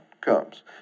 comes